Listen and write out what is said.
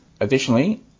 Additionally